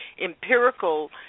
empirical